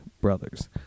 brothers